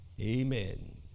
Amen